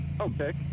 Okay